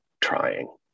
trying